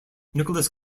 nicholas